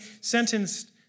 sentenced